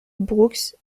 brooks